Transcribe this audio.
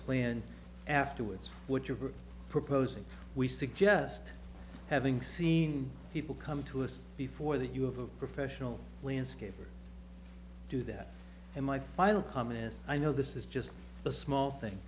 plan afterwards which of are proposing we suggest having seen people come to us before that you have a professional landscaper do that and my final comment as i know this is just a small thing